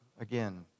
again